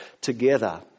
together